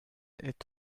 est